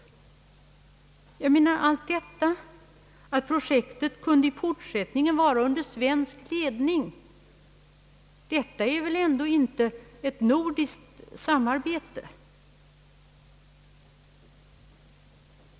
Allt detta — han uppges även ha sagt att projektet i fortsättningen kunde stå under svensk ledning — innebär väl ändå inte ett nordiskt samarbete?